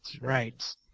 right